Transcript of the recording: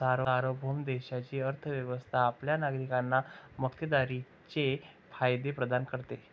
सार्वभौम देशाची अर्थ व्यवस्था आपल्या नागरिकांना मक्तेदारीचे फायदे प्रदान करते